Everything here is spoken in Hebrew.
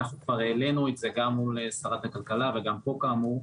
ואנחנו כבר העלנו את זה מול שרת הכלכלה וגם פה כאמור,